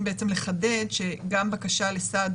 לחדד שגם בקשה לסעד